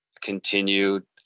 continued